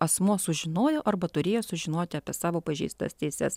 asmuo sužinojo arba turėjo sužinoti apie savo pažeistas teises